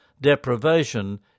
deprivation